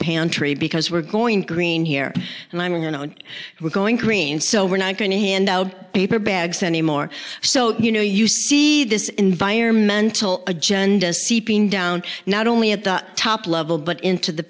pantry because we're going green here and i'm you know we're going crean so we're not going to hand out paper bags anymore so you know you see this environmental agenda seeping down not only at the top level but into the